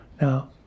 Now